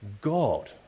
God